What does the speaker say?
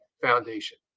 Foundation